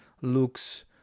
looks